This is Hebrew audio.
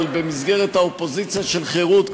אבל במסגרת האופוזיציה של חרות,